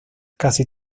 casi